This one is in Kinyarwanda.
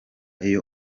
iyo